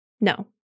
No